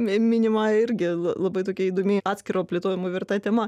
mi minimą irgi la labai tokia įdomi atskiro plėtojimo verta tema